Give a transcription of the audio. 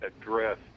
address